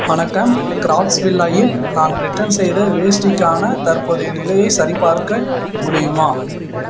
வணக்கம் க்ராஃப்ட்ஸ் வில்லாயில் நான் ரிட்டன் செய்த வேஷ்டிக்கான தற்போதைய நிலையைச் சரிபார்க்க முடியுமா